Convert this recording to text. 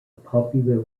popular